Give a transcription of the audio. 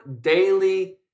daily